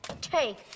take